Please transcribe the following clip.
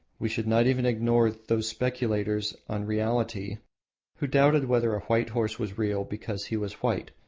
we should not even ignore those speculators on reality who doubted whether a white horse was real because he was white,